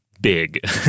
big